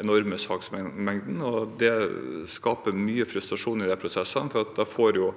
enorme saksmengden, og at det skaper mye frustrasjon i prosessene, for da får de